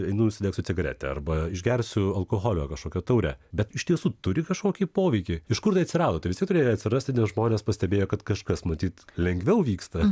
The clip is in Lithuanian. einu užsidegsiu cigaretę arba išgersiu alkoholio kažkokio taurę bet iš tiesų turi kažkokį poveikį iš kur tai atsirado tai vis tiek turėjo atsirasti nes žmonės pastebėjo kad kažkas matyt lengviau vyksta